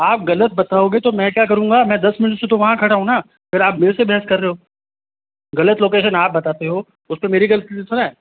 आप गलत बताओगे तो मैं क्या करूंगा मैं दस मिनट से तो वहाँ खड़ा हूँ ना फिर आप मेरे से बहस कर रहे हो गलत लोकेशन आप बताते हो उसमें मेरी गलती थोड़े है